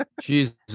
jesus